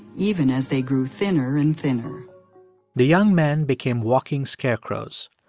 even as they grew thinner and thinner the young men became walking scarecrows.